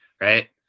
right